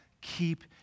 keep